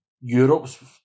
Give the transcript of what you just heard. Europe's